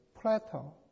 plateau